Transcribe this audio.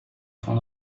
von